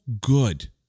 good